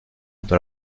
dans